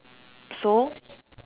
so